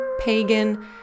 pagan